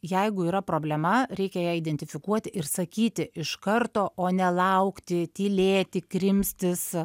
jeigu yra problema reikia ją identifikuoti ir sakyti iš karto o ne laukti tylėti krimstis